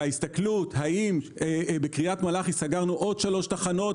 כשמסתכלים האם בקריית מלאכי סגרנו עוד שלוש תחנות,